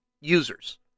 users